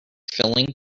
filling